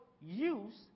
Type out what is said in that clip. use